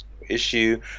issue